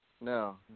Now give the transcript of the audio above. no